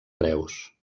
preus